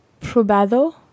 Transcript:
probado